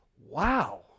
Wow